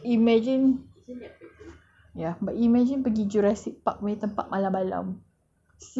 but imagine pergi jurassic park punya tempat malam-malam sis for a minute there sis panic